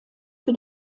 für